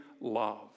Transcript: love